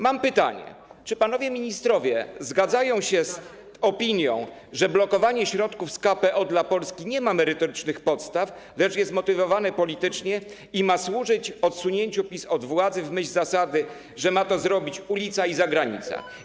Mam pytanie: Czy panowie ministrowie zgadzają się z opinią, że blokowanie środków z KPO dla Polski nie ma merytorycznych podstaw, lecz jest motywowane politycznie i ma służyć odsunięciu PiS od władzy w myśl zasady, że ma to zrobić ulica i zagranica?